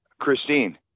Christine